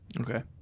Okay